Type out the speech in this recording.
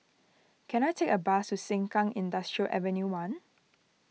can I take a bus to Sengkang Industrial Avenue one